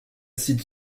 cite